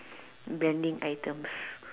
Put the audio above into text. branding items